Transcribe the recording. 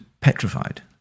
petrified